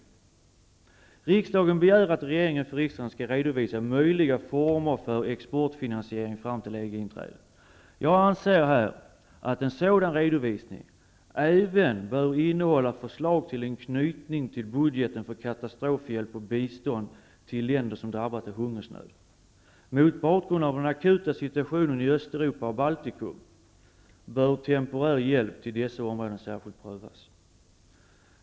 Riksdagen begär att regeringen för riksdagen skall redovisa möjliga former för exportfinansiering fram till EG-inträdet. Jag anser att en sådan redovisning även bör innehålla förslag till en knytning till budgeten för katastrofhjälp och bistånd till länder som drabbats av hungersnöd. Mot bakgrund av den akuta situationen i Östeuropa och Baltikum, bör temporär hjälp till dessa områden särskilt prövas.